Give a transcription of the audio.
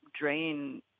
drain